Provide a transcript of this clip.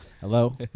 Hello